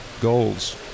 goals